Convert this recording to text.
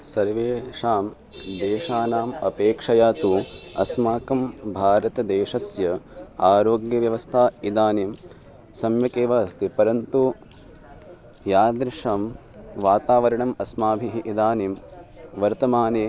सर्वेषां देशानाम् अपेक्षया तु अस्माकं भारतदेशस्य आरोग्यव्यवस्था इदानीं सम्यकेव अस्ति परन्तु यादृशं वातावरणम् अस्माभिः इदानीं वर्तमाने